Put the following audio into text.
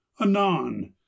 anon